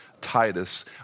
Titus